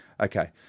Okay